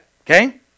Okay